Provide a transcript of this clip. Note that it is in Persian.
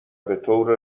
بطور